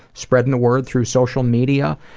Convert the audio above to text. spreading the word through social media.